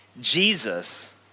Jesus